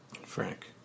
Frank